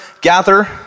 Gather